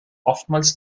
oftmals